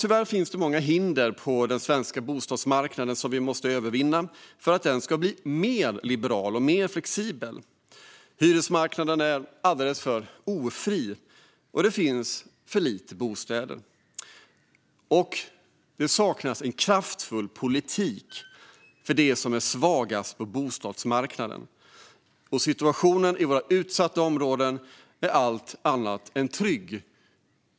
Tyvärr finns det många hinder på den svenska bostadsmarknaden som vi måste övervinna för att den ska bli mer liberal och mer flexibel. Hyresmarknaden är alldeles för ofri, och det finns för lite bostäder. Det saknas en kraftfull politik för dem som är svagast på bostadsmarknaden, och situationen i våra utsatta områden är allt annat än trygg.